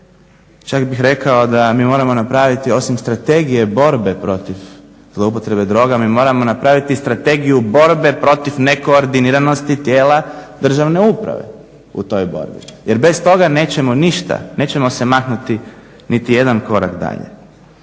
Čak bih rekao da mi moramo napraviti, osim strategije borbe protiv zloupotrebe droga, mi moramo napraviti strategiju borbe protiv nekoordiniranosti tijela državne uprave u toj borbi, jer bez toga nećemo ništa, nećemo se maknuti niti jedan korak dalje.